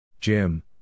Jim